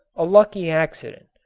a lucky accident.